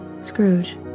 Scrooge